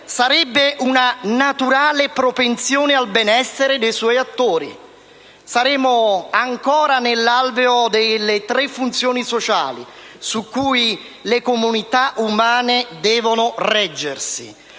sarebbe una naturale propensione al benessere dei suoi attori. Saremmo ancora nell'alveo delle tre funzioni sociali, su cui le comunità umane devono reggersi: